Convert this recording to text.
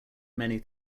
many